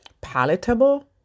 palatable